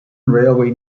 railway